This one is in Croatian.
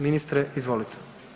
Ministre, izvolite.